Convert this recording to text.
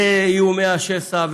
ואיומי השסע,